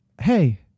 hey